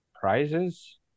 Prizes